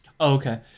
okay